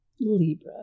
Libra